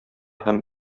һәм